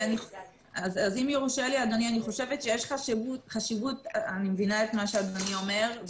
אם יורשה לי אדוני, אני מבינה מה אדוני אומר.